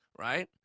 Right